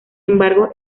embargo